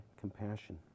compassion